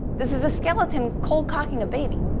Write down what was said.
this is a skeleton cold cocking a baby.